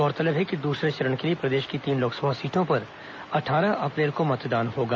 गौरतलब है कि दूसरे चरण के लिए प्रदेश की तीन लोकसभा सीटों पर अट्ठारह अप्रैल को मतदान होगा